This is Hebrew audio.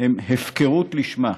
הן הפקרות לשמה.